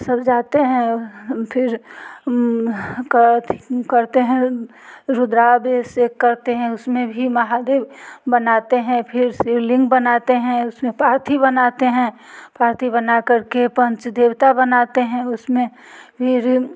सब जाते हैं फिर करते हैं रुद्राभिषेक करते हैं उस में भी महादेव बनाते हैं फिर शिवलिंग बनाते हैं उस में पारथी बनाते हैं पारथी बना कर के पंच देवता बनाते हैं उस में फिर